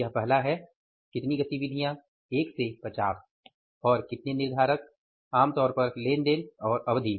यह पहला है कितनी गतिविधियाँ 1 से 50 और कितने निर्धारक आम तौर पर लेनदेन और अवधि